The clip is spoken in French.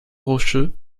rocheux